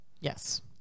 Yes